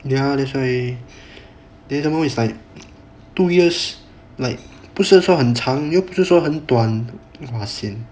ya that's why then some more is like two years like 不是说很长又不是说很断 !wah! sian